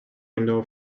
window